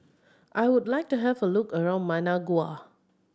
I would like to have a look around Managua